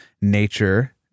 nature